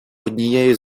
однією